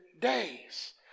days